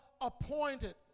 appointed